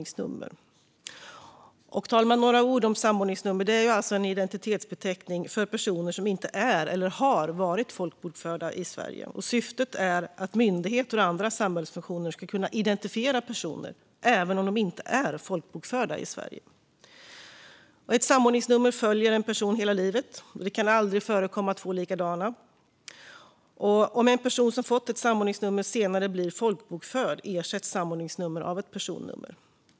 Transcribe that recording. Jag ska säga några ord om samordningsnummer. Ett samordningsnummer är alltså en identitetsbeteckning för personer som inte är eller som inte har varit folkbokförda i Sverige. Syftet är att myndigheter och andra samhällsfunktioner ska kunna identifiera personer även om de inte är folkbokförda i Sverige. Ett samordningsnummer följer en person hela livet, och det kan aldrig förekomma två likadana. Om en person har fått ett samordningsnummer senare blir folkbokförd ersätts samordningsnumret av ett personnummer.